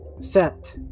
set